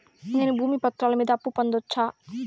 నేను భూమి పత్రాల మీద అప్పు పొందొచ్చా?